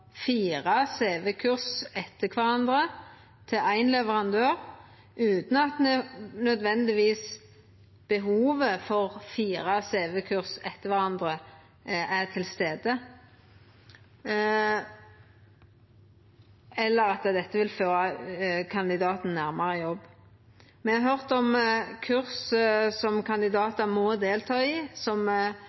fire cv-kurs etter kvarandre, til éin leverandør, utan at behovet for fire cv-kurs etter kvarandre nødvendigvis er til stades, eller at det vil føra kandidaten nærmare jobb. Me har høyrt om kurs som kandidatar må delta i, og som